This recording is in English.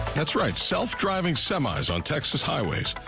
that's right, self-driving semis on texas highways.